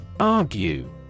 Argue